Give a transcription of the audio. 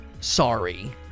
sorry